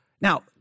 Now